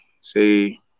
say